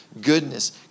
goodness